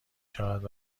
شود